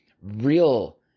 real